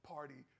Party